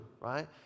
right